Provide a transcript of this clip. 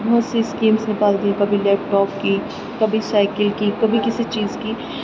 بہت سی اسکیمس نکالتی ہے کبھی لیپ ٹاپ کی کبھی سائیکل کی کبھی کسی چیز کی